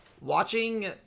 watching